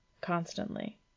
constantly